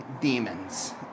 demons